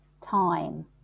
time